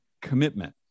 commitment